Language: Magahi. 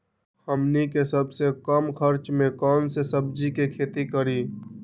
हमनी के सबसे कम खर्च में कौन से सब्जी के खेती करी?